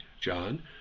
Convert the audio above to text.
John